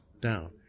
down